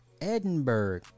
edinburgh